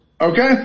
Okay